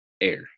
air